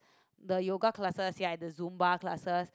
the yoga classes ya and the zumba classes